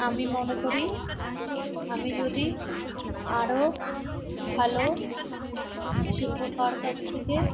আমি মনে করি আমি যদি আরও ভালো শিক্ষকের কাছ থেকে